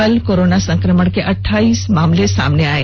कल कोरोना संकमण के अठाइस मामले सामने आये